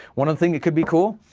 one of the things that could be cool,